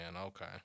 okay